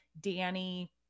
danny